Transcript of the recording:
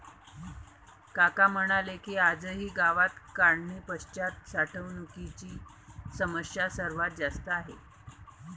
काका म्हणाले की, आजही गावात काढणीपश्चात साठवणुकीची समस्या सर्वात जास्त आहे